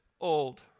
old